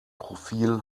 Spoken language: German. profil